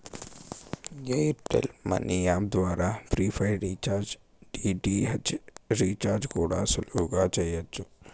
air tell money app ద్వారా prepaid recharge, DTH recharge కూడా సులువుగా చెయ్యచ్చు